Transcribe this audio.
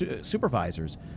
supervisors